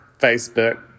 Facebook